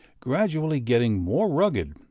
gradually getting more rugged,